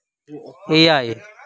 ᱮᱭᱟᱭ